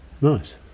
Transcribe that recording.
Nice